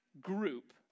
group